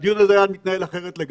הדיון הזה היה מתנהל אחרת לגמרי.